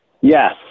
Yes